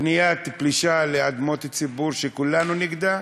בניית פלישה לאדמות ציבור, שכולנו נגדה,